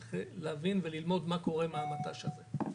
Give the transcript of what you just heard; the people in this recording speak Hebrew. וצריך להבין וללמוד מה קורה עם המט"ש הזה.